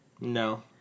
No